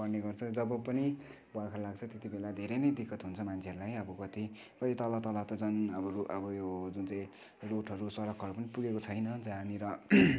पर्नेगर्छ जब पनि बर्खा लाग्छ त्यति बेला धेरै नै दिक्कत हुन्छ मान्छेहरूलाई अब कति कोही तल तल त झन् अब अब यो जुन चाहिँ रोडहरू सडकहरू पनि पुगेको छैन जहाँनेर